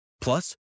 Plus